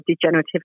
degenerative